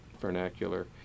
vernacular